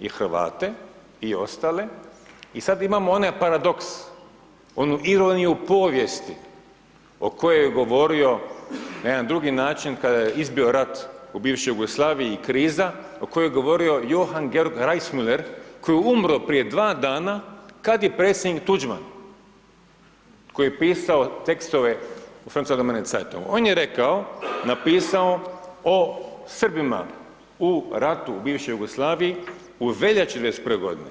i Hrvate i ostale i sada imamo onaj paradoks, onu ironiju u povijesti o kojoj je govorio na jedan drugi način kada je izbio rat u bivšoj Jugoslaviji, kriza, o kojoj je govorio Johann Georg Reissmuller koji je umro prije dva dana kad i predsjednik Tuđman, koji je pisao tekstove u France… [[Govornik se ne razumije]] on je rekao, napisao o Srbima u ratu u bivšoj Jugoslaviji, u veljači 91.-ve godini.